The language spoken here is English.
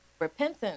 repentance